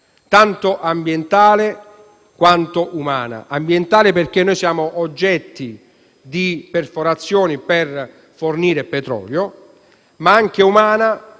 tanto ambientale quanto umana. Ambientale, perché noi siamo oggetto di perforazioni per fornire petrolio; ma anche umana,